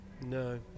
No